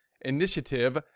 initiative